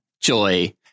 Joy